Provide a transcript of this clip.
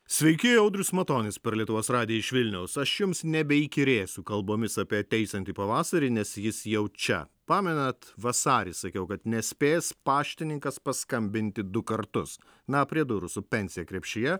sveiki audrius matonis per lietuvos radiją iš vilniaus aš jums nebeįkyrėsiu kalbomis apie ateisiantį pavasarį nes jis jau čia pamenat vasarį sakiau kad nespės paštininkas paskambinti du kartus na prie durų su pensija krepšyje